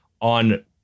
on